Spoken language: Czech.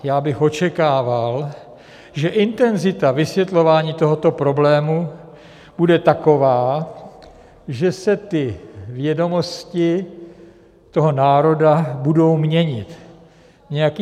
Já bych očekával, že intenzita vysvětlování tohoto problému bude taková, že se vědomosti toho národa budou měnit nějakým směrem.